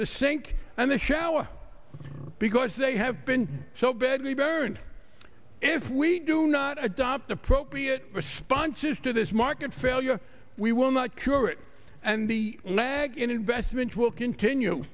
the sink and the shower because they have been so badly burnt if we do not adopt appropriate responses to this market failure we will not cure it and the lag in investment will continue